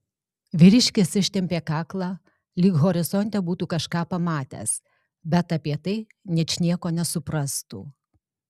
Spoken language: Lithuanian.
vyriškis ištempė kaklą lyg horizonte būtų kažką pamatęs bet apie tai ničnieko nesuprastų